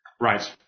Right